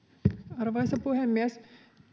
arvoisa puhemies